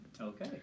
Okay